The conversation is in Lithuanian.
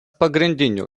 pagrindinių